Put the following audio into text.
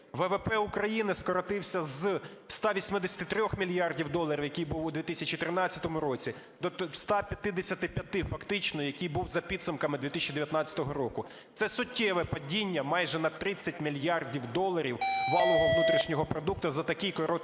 ВВП України скоротився з 183 мільярдів доларів, який був в 2013 році до 155 фактично, який був за підсумками 2019 року. Це суттєве падіння майже на 30 мільярдів доларів валового внутрішнього продукту за такий короткий